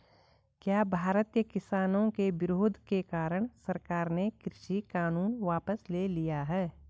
क्या भारतीय किसानों के विरोध के कारण सरकार ने कृषि कानून वापस ले लिया?